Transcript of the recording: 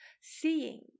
seeing